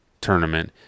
tournament